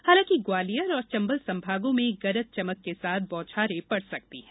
हालांकि ग्वालियर और चंबल संभागों में गरज चमक के साथ बौछारें पड़ सकती है